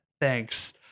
Thanks